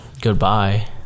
goodbye